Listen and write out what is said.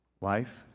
Life